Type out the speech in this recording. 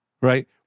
Right